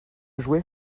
jouer